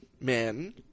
men